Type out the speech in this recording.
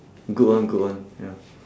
good one good one ya